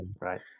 Right